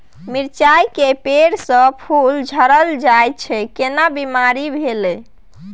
मिर्चाय के पेड़ स फूल झरल जाय छै केना बीमारी भेलई?